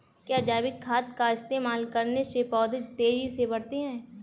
क्या जैविक खाद का इस्तेमाल करने से पौधे तेजी से बढ़ते हैं?